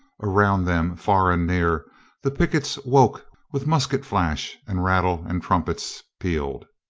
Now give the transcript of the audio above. around them far and near the pickets woke with musket flash and rattle and trumpets pealed.